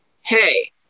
hey